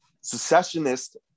secessionist